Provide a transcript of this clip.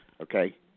Okay